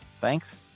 Thanks